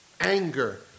Anger